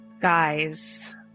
Guys